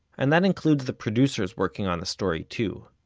and that includes the producers working on the story too,